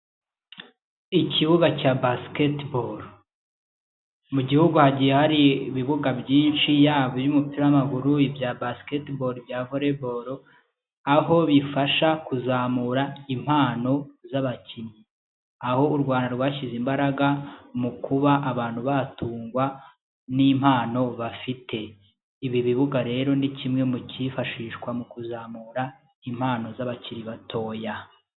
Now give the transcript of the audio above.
Ikibuga cya basketball, mu gihugu hagiye hari ibibuga byinshi, yaba iby'umupira w'amaguru, ibya basketball, ibya volley ball aho bifasha kuzamura impano z'abakinnyi aho u Rwanda rwashyize imbaraga mu kuba abantu batungwa n'impano bafite, ibi bibuga rero ni kimwe mu kifashishwa mu kuzamura impano z'abakiri batoya.